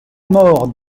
mort